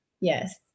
Yes